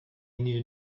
knew